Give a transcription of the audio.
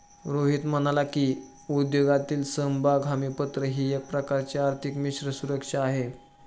रोहित म्हणाला की, उद्योगातील समभाग हमीपत्र ही एक प्रकारची आर्थिक मिश्र सुरक्षा आहे